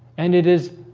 and it is